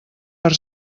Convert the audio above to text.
per